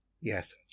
Yes